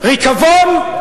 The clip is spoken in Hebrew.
ריקבון,